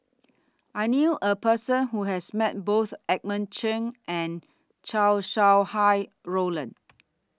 I knew A Person Who has Met Both Edmund Cheng and Chow Sau Hai Roland